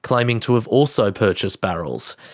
claiming to have also purchased barrels.